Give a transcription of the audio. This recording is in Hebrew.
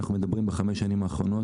בחמש השנים האחרונות,